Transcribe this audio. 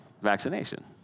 vaccination